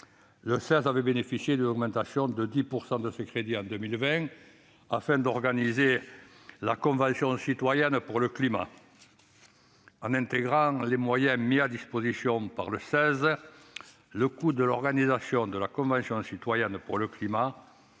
Le CESE a bénéficié d'une augmentation de 10 % de ses crédits en 2020, afin d'organiser la Convention citoyenne pour le climat. En intégrant les moyens mobilisés par le CESE, le coût de l'organisation de cette convention s'est élevé